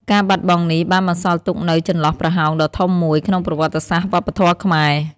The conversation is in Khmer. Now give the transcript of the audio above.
ការបាត់បង់នេះបានបន្សល់ទុកនូវ ចន្លោះប្រហោងដ៏ធំមួយ ក្នុងប្រវត្តិសាស្ត្រវប្បធម៌ខ្មែរ។